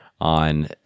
on